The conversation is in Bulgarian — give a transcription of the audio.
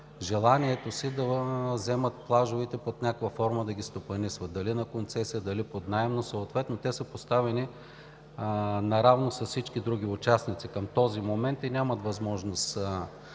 желанието си да вземат плажовете и под някаква форма да ги стопанисват – дали на концесия, дали под наем, но съответно те са поставени наравно с всички други участници към този момент и нямат възможност